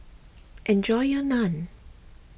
enjoy your Naan